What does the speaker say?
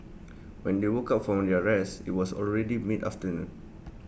when they woke up from their rest IT was already mid afternoon